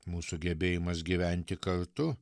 mūsų gebėjimas gyventi kartu